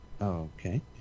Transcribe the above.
Okay